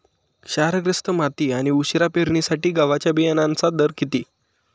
क्षारग्रस्त माती आणि उशिरा पेरणीसाठी गव्हाच्या बियाण्यांचा दर किती?